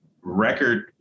record